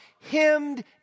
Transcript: hemmed